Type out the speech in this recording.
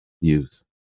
use